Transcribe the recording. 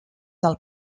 del